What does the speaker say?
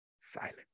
silent